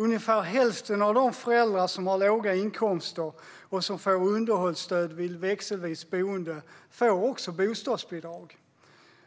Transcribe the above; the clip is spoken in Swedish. Ungefär hälften av de föräldrar som har låga inkomster och som får underhållsstöd vid växelvist boende får också bostadsbidrag.